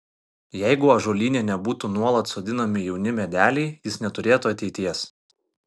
jeigu ąžuolyne nebūtų nuolat sodinami jauni medeliai jis neturėtų ateities